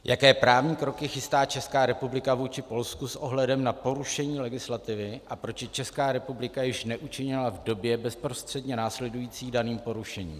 Jaké právní kroky chystá Česká republika vůči Polsku s ohledem na porušení legislativy a proč je Česká republika již neučinila v době bezprostředně následující daným porušením?